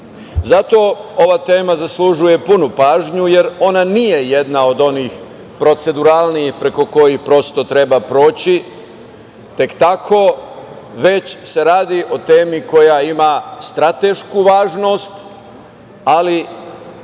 ova tema zaslužuje punu pažnju jer ona nije jedna od onih proceduralnijih preko kojih prosto treba proći tek tako, već se radi o temi koja ima stratešku važnost, ali